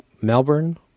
Melbourne